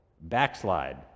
backslide